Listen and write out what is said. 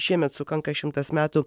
šiemet sukanka šimtas metų